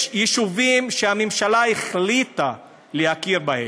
יש יישובים שהממשלה החליטה להכיר בהם,